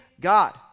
God